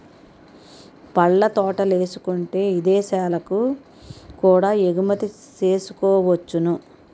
పళ్ళ తోటలేసుకుంటే ఇదేశాలకు కూడా ఎగుమతి సేసుకోవచ్చును